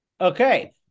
Okay